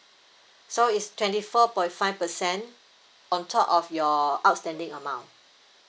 so is twenty four point five percent on top of your outstanding amount